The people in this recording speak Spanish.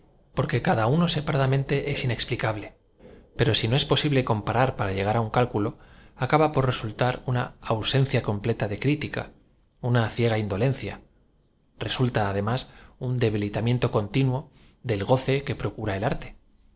porque cada uno separada mente es inexplicable pero si no es posible comparar para lle g a r á un cálculo acaba por resultar una au encía completa de cwtca una ciega indolencia r e sulta además un debilitamiento continuo del goce que procura el arte